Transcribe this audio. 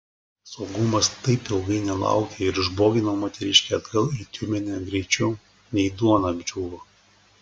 saugumas taip ilgai nelaukė ir išbogino moteriškę atgal į tiumenę greičiau nei duona apdžiūvo